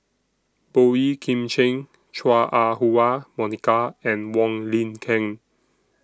Boey Kim Cheng Chua Ah Huwa Monica and Wong Lin Ken